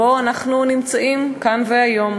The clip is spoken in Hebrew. ופה אנחנו נמצאים כאן והיום.